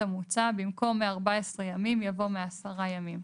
מי בעד?